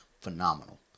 phenomenal